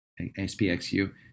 SPXU